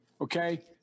Okay